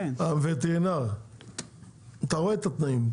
הווטרינר אתה רואה את התנאים,